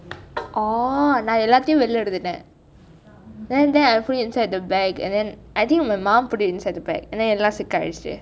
o நான் எல்லாத்தையும் வெளியே எடுத்துதேன்:naan ellathaiyum veliyai eduthuthaen then then I then put inside the bag I think my mum put inside the bag and then எல்லாம்:ellam stick ஆயிடுச்சு:ayidichu